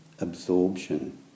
absorption